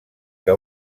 que